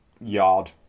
yard